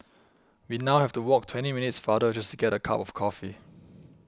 we now have to walk twenty minutes farther just to get a cup of coffee